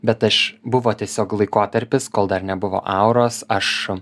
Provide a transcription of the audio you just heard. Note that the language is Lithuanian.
bet aš buvo tiesiog laikotarpis kol dar nebuvo auros aš